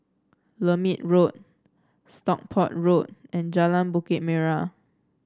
Lermit Road Stockport Road and Jalan Bukit Merah